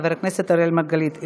חבר הכנסת הראל מרגלית,